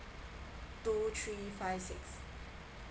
two three five six